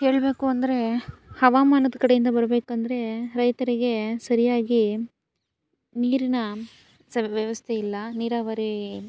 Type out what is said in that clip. ಹೇಳ್ಬೇಕು ಅಂದರೆ ಹವಮಾನದ ಕಡೆಯಿಂದ ಬರ್ಬೇಕಂದರೆ ರೈತರಿಗೆ ಸರಿಯಾಗಿ ನೀರಿನ ವ್ಯವಸ್ಥೆ ಇಲ್ಲ ನೀರಾವರಿ